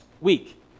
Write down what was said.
Week